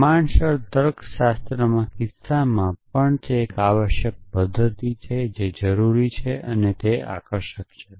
પ્રમાણસર તર્કશાસ્ત્રના કિસ્સામાં પણ તે એક આવશ્યક પદ્ધતિ છે જે તે જરૂરી છે તેથી જ આકર્ષક છે